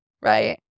right